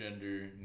gender